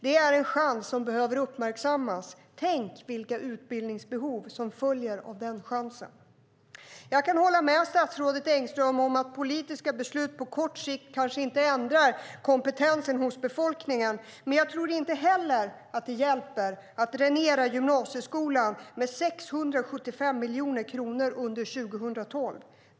Det är en chans som behöver uppmärksammas. Tänk vilka utbildningsbehov som följer av den chansen! Jag kan hålla med statsrådet Engström om att politiska beslut på kort sikt kanske inte ändrar kompetensen hos befolkningen. Men jag tror inte heller att det hjälper att dränera gymnasieskolan med 675 miljoner kronor under 2012.